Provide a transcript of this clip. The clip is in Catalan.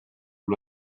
amb